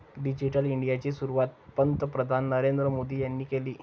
digital इंडियाची सुरुवात पंतप्रधान नरेंद्र मोदी यांनी केली